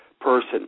person